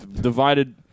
divided